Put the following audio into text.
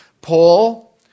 Paul